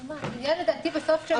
העניין, לדעתי, של נוסח.